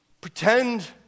pretend